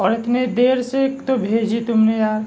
اور اتنے دیر سے ایک تو بھیجی تم نے یار